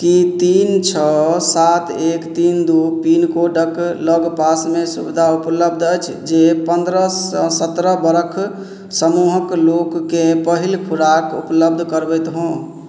की तीन छओ सात एक तीन दू पिन कोडक लगपासमे सुविधा उपलब्ध अछि जे पन्द्रहसँ सत्रह बरख समूहक लोकके पहिल खुराक उपलब्ध करबैत हो